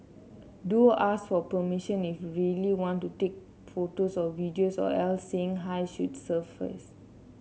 do ask for permission if you really want to take photos or videos or else saying hi should suffice